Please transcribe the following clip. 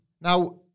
now